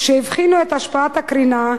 שיבחנו את השפעת הקרינה,